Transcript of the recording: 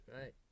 right